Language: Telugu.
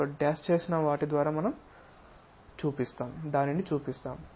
సొ డాష్ చేసిన వాటి ద్వారా మనం దానిని చూపిస్తాం